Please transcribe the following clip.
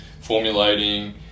formulating